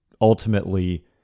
ultimately